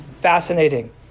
fascinating